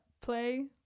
play